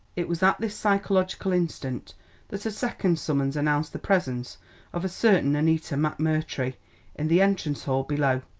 it was at this psychological instant that a second summons announced the presence of a certain annita mcmurtry in the entrance hall below.